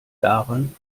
daran